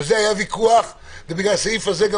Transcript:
על זה היה ויכוח ובגלל הסעיף הזה גם